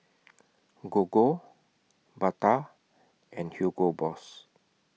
Gogo Bata and Hugo Boss